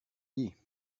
dit